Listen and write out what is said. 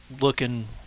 looking